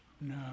No